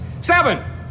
seven